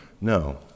No